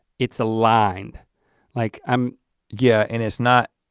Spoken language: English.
it's a line like i'm yeah and it's not